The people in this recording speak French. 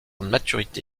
maturité